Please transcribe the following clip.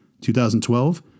2012